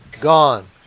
gone